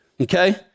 Okay